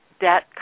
debt